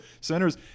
center's